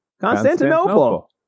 constantinople